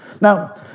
Now